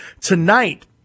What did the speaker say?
tonight